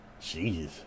Jeez